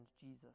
Jesus